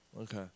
Okay